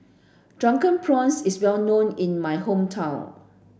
drunken prawns is well known in my hometown